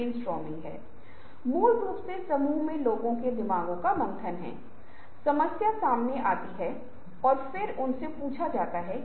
बुद्धिशीलता के संदर्भ में आप अनिवार्य रूप से विवादास्पद अतार्किक तर्कहीन अनुचित विचार कर रहे हैं